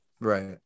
Right